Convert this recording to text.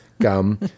gum